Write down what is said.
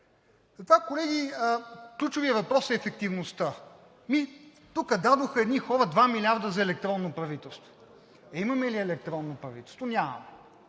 Затова, колеги, ключовият въпрос е ефективността. Тук едни хора дадоха два милиарда за електронно правителство. Имаме ли електронно правителство? Нямаме,